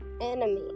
enemy